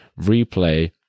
replay